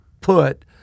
put